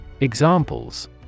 Examples